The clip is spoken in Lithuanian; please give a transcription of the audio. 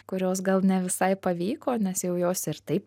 kurios gal ne visai pavyko nes jau jos ir taip